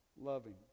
Loving